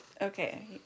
okay